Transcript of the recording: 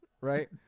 Right